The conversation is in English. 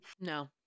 No